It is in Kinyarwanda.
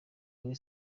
kuri